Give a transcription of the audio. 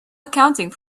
accounting